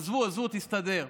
עזבו, עזבו, היא תסתדר.